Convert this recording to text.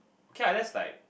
okay lah that's like